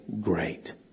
great